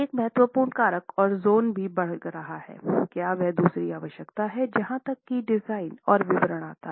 एक महत्वपूर्ण कारक और ज़ोन भी बढ़ रहा है क्या वह दूसरी आवश्यकता है जहाँ तक कि डिजाइन और विवरण आता है